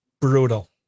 brutal